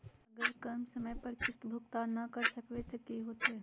अगर हम समय पर किस्त भुकतान न कर सकवै त की होतै?